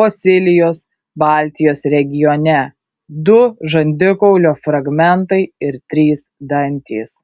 fosilijos baltijos regione du žandikaulio fragmentai ir trys dantys